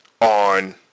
on